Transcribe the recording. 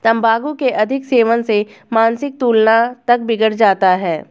तंबाकू के अधिक सेवन से मानसिक संतुलन तक बिगड़ जाता है